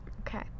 Okay